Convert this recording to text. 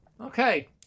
Okay